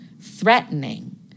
threatening